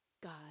God